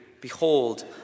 Behold